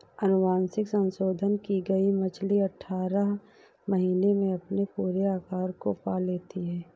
अनुवांशिक संशोधन की गई मछली अठारह महीने में अपने पूरे आकार को पा लेती है